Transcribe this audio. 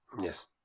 Yes